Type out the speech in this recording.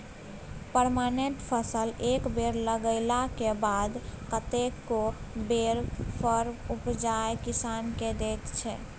permanent फसल एक बेर लगेलाक बाद कतेको बेर फर उपजाए किसान केँ दैत छै